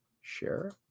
share